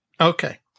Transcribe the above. Okay